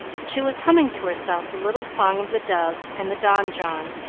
she was humming to herself the little song of the dove and the donjon,